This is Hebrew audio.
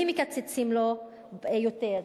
מי מקצצים לו יותר: